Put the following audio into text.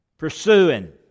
Pursuing